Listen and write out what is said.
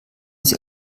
sie